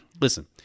Listen